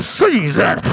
season